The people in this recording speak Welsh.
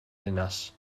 ddinas